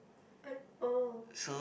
I oh